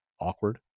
awkward